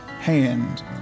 hand